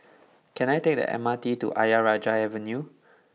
can I take the M R T to Ayer Rajah Avenue